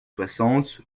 soixante